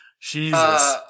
Jesus